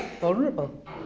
vulnerable